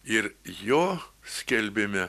ir jo skelbime